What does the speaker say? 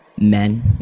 Men